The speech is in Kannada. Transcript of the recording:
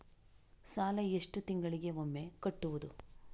ಸಾಲ ಎಷ್ಟು ತಿಂಗಳಿಗೆ ಒಮ್ಮೆ ಕಟ್ಟುವುದು?